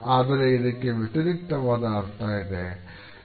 ಆದರೆ ಇದಕ್ಕೆ ವ್ಯತಿರಿಕ್ತವಾದ ಅರ್ಥ ಇದೆ